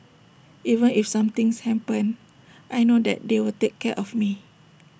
even if something happens I know that they will take care of me